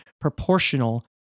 proportional